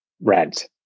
rent